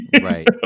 Right